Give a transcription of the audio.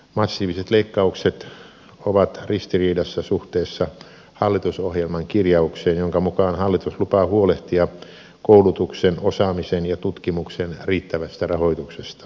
massiiviset leikkaukset ovat ristiriidassa suhteessa hallitusohjelman kirjaukseen jonka mukaan hallitus lupaa huolehtia koulutuksen osaamisen ja tutkimuksen riittävästä rahoituksesta